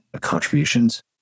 contributions